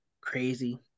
Crazy